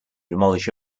demolish